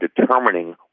determining